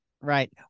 right